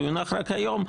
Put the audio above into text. הוא יונח רק היום,